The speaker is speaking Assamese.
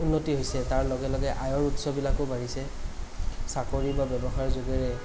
উন্নতি হৈছে তাৰ লগে লগে আয়ৰ উৎসবিলাকো বাঢ়িছে চাকৰি বা ব্য়ৱসায়ৰ যোগেৰে